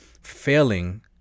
failing